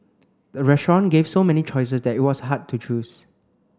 the restaurant gave so many choices that it was hard to choose